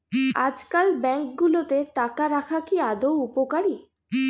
আজকাল ব্যাঙ্কগুলোতে টাকা রাখা কি আদৌ উপকারী?